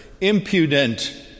impudent